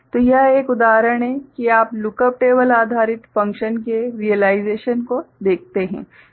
तो यह एक उदाहरण है कि आप लुकअप टेबल आधारित फ़ंक्शन के रीयलाइजेशन को देखते हैं